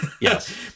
Yes